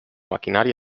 maquinària